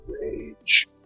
rage